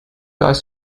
guys